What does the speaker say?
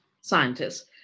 scientists